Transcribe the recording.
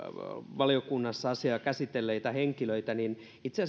valiokunnassa asiaa käsitelleitä henkilöitä niin itse